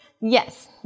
yes